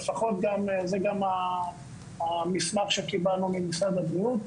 לפחות זה גם המסמך שקיבלנו ממשרד הבריאות,